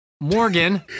Morgan